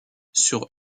sur